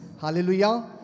Hallelujah